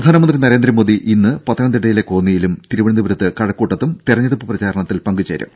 പ്രധാനമന്ത്രി നരേന്ദ്രമോദി ഇന്ന് പത്തനംതിട്ടയിലെ കോന്നിയിലും തിരുവനന്തപുരത്തെ കഴക്കൂട്ടത്തും തെരഞ്ഞെടുപ്പ് പ്രചാരണത്തിൽ പങ്കുചേരും